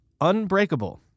unbreakable